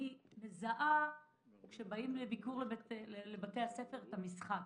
אני מזהה כשבאים לביקור בבתי הספר את המשחק.